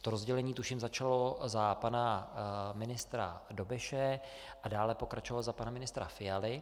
To rozdělení tuším začalo za pana ministra Dobeše, dále pokračovalo za pana ministra Fialy.